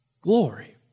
glory